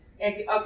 Okay